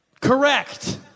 Correct